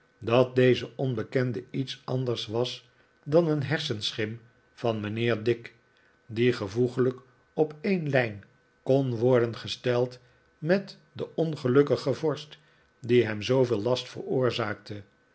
dat deze onbekende iets anders was dan een hersenschim van mijnheer dick die gevoeglijk op een lijn kon worden gesteld met den ongelukkigen vorst die hem zooveel last veroorzaakte